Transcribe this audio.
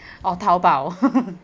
or taobao